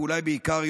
ואולי בעיקר,